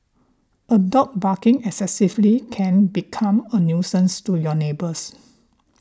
a dog barking excessively can become a nuisance to your neighbours